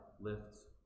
lifts